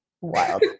Wild